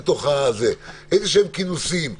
אלא היה באיזשהם כינוסים.